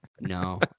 No